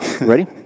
Ready